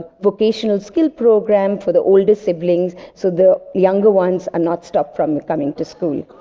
vocational skill program for the older siblings so the younger ones are not stopped from coming to school.